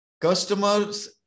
customers